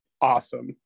awesome